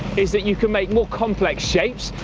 is that you can make more complex shapes,